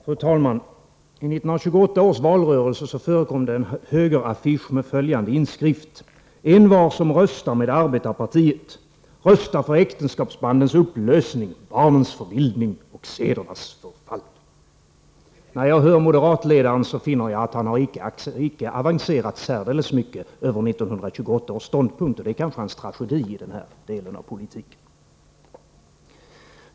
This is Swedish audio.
Fru talman! I 1928 års valrörelse förekom en högeraffisch med följande inskrift: Envar som röstar med arbetarpartiet röstar för äktenskapsbandens upplösning, barnens förvildning och sedernas förfall. När jag hör moderatledaren finner jag att han inte har avancerat särdeles långt över 1928 års ståndpunkt, och det kanske är hans tragedi i denna del av politiken.